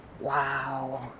Wow